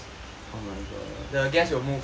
the gas will move